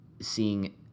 seeing